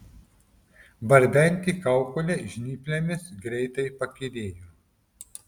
barbenti kaukolę žnyplėmis greitai pakyrėjo